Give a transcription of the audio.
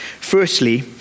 Firstly